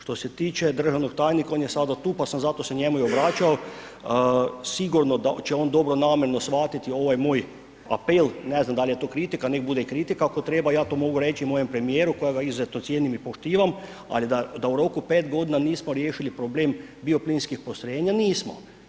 Što se tiče državnog tajnika, on je sada tu pa sam zato se njemu i obraćao, sigurno će on dobronamjerno shvatiti ovaj moj apel, ne znam da je to kritika, nek bude i kritika ako treba, ja to mogu reći i mojem premijeru kojega izuzetno cijenim i poštivam ali da u roku od 5 g. nismo riješili problem bioplinskih postrojenja, nismo.